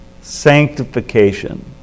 Sanctification